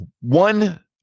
one